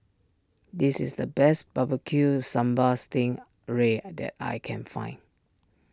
this is the best Barbecue Sambal Sting Ray that I can find